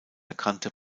erkannte